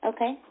Okay